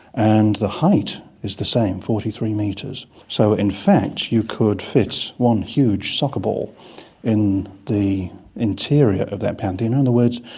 and the height is the same, forty three metres. so in fact you could fit one huge soccer ball in the interior of that pantheon. ah in other words,